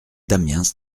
damiens